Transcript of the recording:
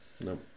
No